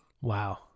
Wow